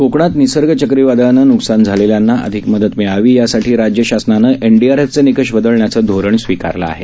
कोकणात निसर्ग चक्रीवादळानं न्कसान झालेल्यांना अधिक मदत मिळावी यासाठी राज्य शासनानं एनडीआरएफचे निकष बदलण्याचं धोरण स्वीकारलं आहे